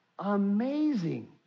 amazing